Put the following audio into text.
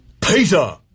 Peter